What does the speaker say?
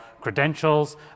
credentials